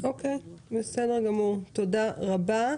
תודה רבה.